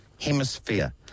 Hemisphere